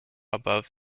above